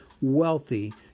wealthy